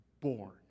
born